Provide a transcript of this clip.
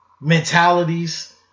mentalities